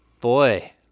Boy